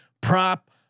prop